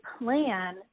plan